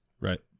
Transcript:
Right